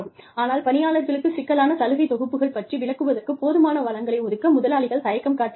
ஆனால் பணியாளர்களுக்குச் சிக்கலான சலுகை தொகுப்புகள் பற்றி விளக்குவதற்கு போதுமான வளங்களை ஒதுக்க முதலாளிகள் தயக்கம் காட்டுகிறார்கள்